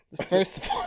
First